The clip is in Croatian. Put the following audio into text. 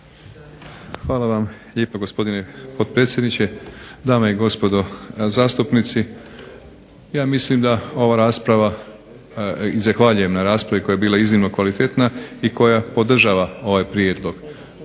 Hvala vam lijepa gospodine potpredsjedniče. Dame i gospodo zastupnici. Zahvaljujem na raspravi koja je bila kvalitetna i koja podržava ovaj Prijedlog.